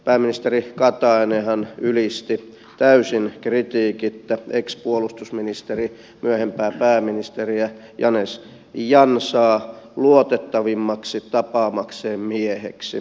pääministeri katainenhan ylisti täysin kritiikittä ex puolustusministeriä myöhempää pääministeriä janez jansaa luotettavimmaksi tapaamakseen mieheksi